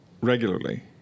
regularly